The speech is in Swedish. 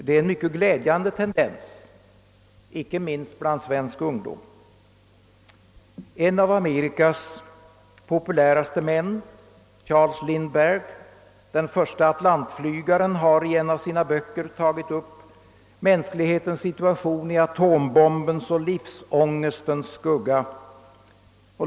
Det är en mycket glädjande tendens, icke minst bland svensk ungdom. En av Amerikas populäraste män, Charles Lindbergh, den förste atlantflygaren, har i en av sina böcker tagit upp mänsklighetens situation i atombombens och livsångestens skugga.